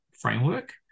framework